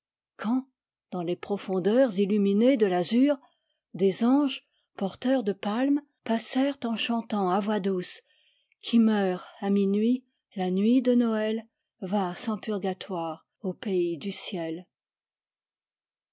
quand dans les profondeurs illuminées de l'azur des anges porteurs de palmes passèrent en chantant à voix douce qui meurt à minuit la nuit de noël va sans purgatoire au pays du ciel